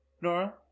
Nora